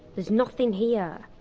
there's nothing here!